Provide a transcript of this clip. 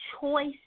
choice